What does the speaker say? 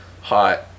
hot